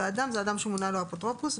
ואדם זה אדם שמונה לו אפוטרופוס.